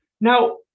Now